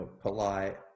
polite